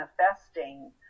manifesting